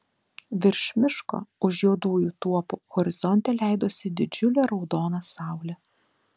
virš miško už juodųjų tuopų horizonte leidosi didžiulė raudona saulė